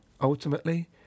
Ultimately